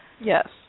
Yes